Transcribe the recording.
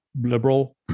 liberal